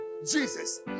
Jesus